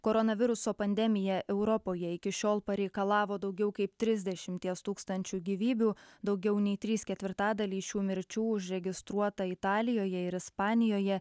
koronaviruso pandemija europoje iki šiol pareikalavo daugiau kaip trisdešimties tūkstančių gyvybių daugiau nei trys ketvirtadaliai šių mirčių užregistruota italijoje ir ispanijoje